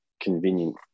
convenient